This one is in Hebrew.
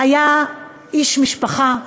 היה איש משפחה,